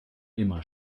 immer